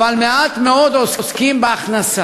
אבל מעט מאוד עוסקים בהכנסה.